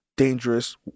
dangerous